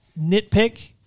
Nitpick